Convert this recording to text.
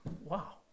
wow